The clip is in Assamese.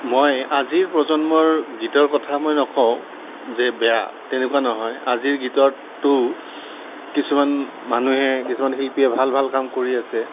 মই আজিৰ প্ৰজন্মৰ গীতৰ কথা মই নকওঁ যে বেয়া তেনেকুৱা নহয় আজিৰ গীততো কিছুমান মানুহে কিছুমান শিল্পীয়ে ভাল ভাল কাম কৰি আছে